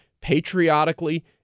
patriotically